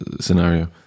scenario